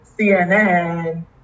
CNN